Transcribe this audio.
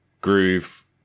groove